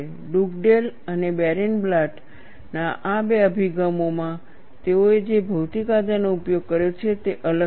Dugdale અને Barenblatt ના આ બે અભિગમોમાં તેઓએ જે ભૌતિક આધારનો ઉપયોગ કર્યો છે તે અલગ છે